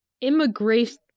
immigration